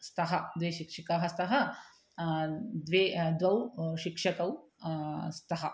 स्तः द्वे शिक्षिकाः स्तः द्वे द्वौ शिक्षकौ स्तः